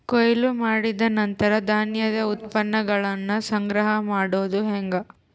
ಕೊಯ್ಲು ಮಾಡಿದ ನಂತರ ಧಾನ್ಯದ ಉತ್ಪನ್ನಗಳನ್ನ ಸಂಗ್ರಹ ಮಾಡೋದು ಹೆಂಗ?